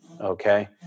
Okay